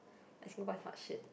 Singapore is not shit